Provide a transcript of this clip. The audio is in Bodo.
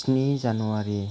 स्नि जानुवारि